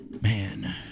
man